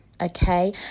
okay